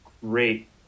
great